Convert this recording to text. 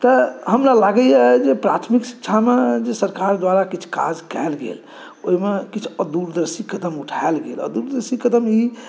तऽ हमरा लागैए जे प्राथमिक शिक्षामे जे सरकार द्वारा किछु काज कएल गेल ओहिमे किछु अदूरदर्शी कदम उठाएल गेल एहि अदूरदर्शी कदम ई